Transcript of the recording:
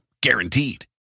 Guaranteed